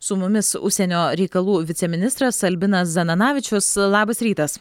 su mumis užsienio reikalų viceministras albinas zananavičius labas rytas